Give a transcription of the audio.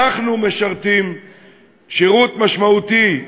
אנחנו משרתים שירות משמעותי,